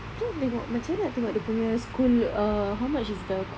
macam mana nak tengok macam mana nak tengok dia punya school ah how much is the course